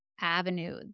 avenue